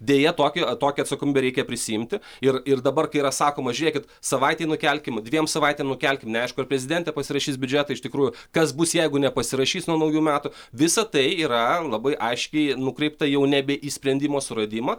deja tokią tokią atsakomybę reikia prisiimti ir ir dabar kai yra sakoma žiūrėkit savaitei nukelkim dviem savaitėm nukelkim neaišku ar prezidentė pasirašys biudžetą iš tikrųjų kas bus jeigu nepasirašys nuo naujų metų visa tai yra labai aiškiai nukreipta jau nebe į sprendimo suradimą